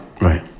Right